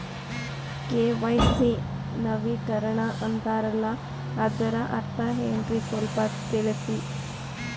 KYC ನವೀಕರಣ ಅಂತಾರಲ್ಲ ಅದರ ಅರ್ಥ ಏನ್ರಿ ಸ್ವಲ್ಪ ತಿಳಸಿ?